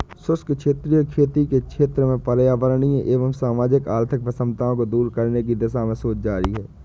शुष्क क्षेत्रीय खेती के क्षेत्र में पर्यावरणीय एवं सामाजिक आर्थिक विषमताओं को दूर करने की दिशा में शोध जारी है